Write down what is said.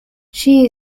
she